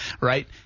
Right